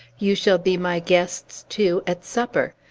you shall be my guests, too, at supper.